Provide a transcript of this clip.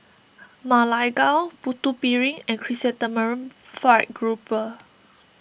Ma Lai Gao Putu Piring and Chrysanthemum Fried Grouper